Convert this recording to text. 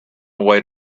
away